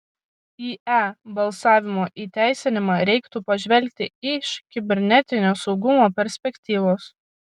į e balsavimo įteisinimą reiktų pažvelgti iš kibernetinio saugumo perspektyvos